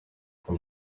from